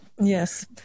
yes